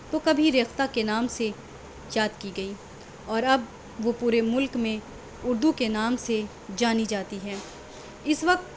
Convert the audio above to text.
تو کبھی ریختہ کے نام سے یاد کی گئی اور اب وہ پورے ملک میں اردو کے نام سے جانی جاتی ہے اس وقت